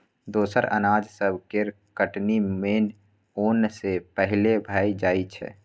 दोसर अनाज सब केर कटनी मेन ओन सँ पहिले भए जाइ छै